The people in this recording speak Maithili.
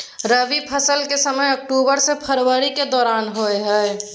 रबी फसल के समय अक्टूबर से फरवरी के दौरान होय हय